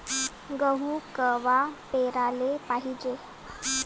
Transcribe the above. गहू कवा पेराले पायजे?